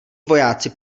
vojáci